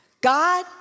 God